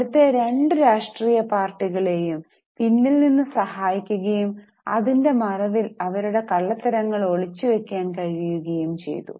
അവിടുത്തെ രണ്ടു രാഷ്ട്രീയ പാർട്ടികളെയും പിന്നിൽ നിന്ന് സഹായിക്കുകയും അതിന്റെ മറവിൽ അവരുടെ കള്ളത്തരങ്ങൾ ഒളിച്ചു വയ്ക്കാൻ കഴിയുകയും ചെയ്തു